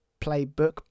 playbook